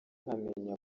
nkamenya